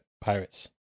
pirates